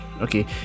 okay